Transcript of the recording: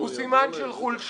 הוא סימן של חולשה.